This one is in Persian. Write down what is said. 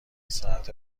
ساعت